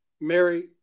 Mary